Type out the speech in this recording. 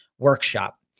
Workshop